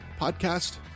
Podcast